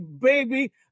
baby